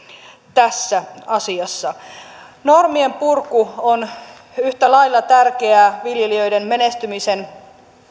tässä asiassa normien purku on yhtä lailla tärkeää viljelijöiden menestymisen